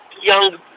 young